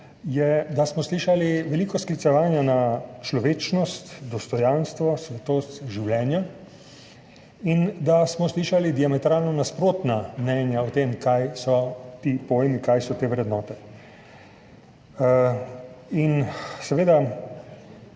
je, da smo slišali veliko sklicevanja na človečnost, dostojanstvo, svetost življenja in da smo slišali diametralno nasprotna mnenja o tem, kaj so ti pojmi, kaj so te vrednote in seveda